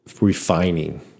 refining